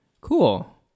Cool